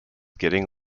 getting